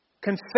Confess